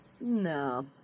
no